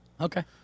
Okay